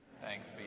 Thanks